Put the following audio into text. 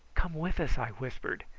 come with us, i whispered,